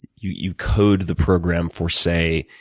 you you code the program for, say,